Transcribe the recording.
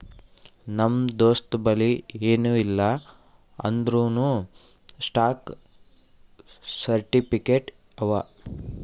ನಮ್ ದೋಸ್ತಬಲ್ಲಿ ಎನ್ ಇಲ್ಲ ಅಂದೂರ್ನೂ ಸ್ಟಾಕ್ ಸರ್ಟಿಫಿಕೇಟ್ ಅವಾ